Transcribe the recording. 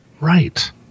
Right